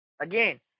Again